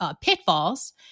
pitfalls